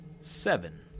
Seven